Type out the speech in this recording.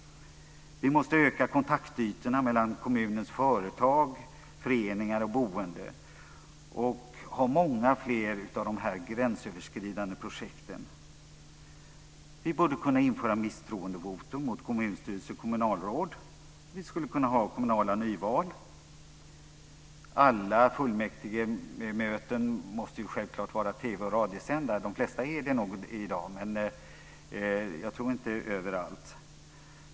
Vi måste öka kontaktytorna mellan kommunens företag, föreningar och boende. Vi måste också ha många fler av de gränsöverskridande projekten. Vi borde kunna införa misstroendevotum mot kommunstyrelse och kommunalråd. Vi skulle kunna ha kommunala nyval. Alla fullmäktigemöten måste självfallet vara TV och radiosända. De flesta är det nog i dag, men jag tror inte att de är det överallt.